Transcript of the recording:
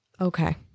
Okay